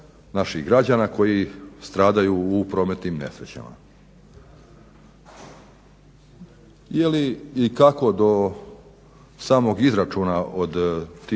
naših građana koji stradaju u prometnim nesrećama. Je li i kako do samog izračuna od tih